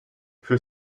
für